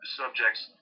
subjects